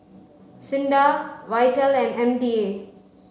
SINDA VITAL and M D A